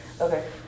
Okay